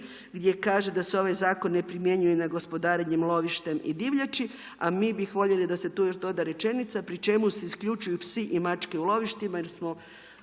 gdje kaže da se ovaj zakon ne primjenjuje na gospodarenjem lovištem i divljači, a mi bih voljeli da se tu još doda rečenica, pri čemu se isključuju psi i mačke u lovištima jer smo